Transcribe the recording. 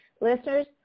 Listeners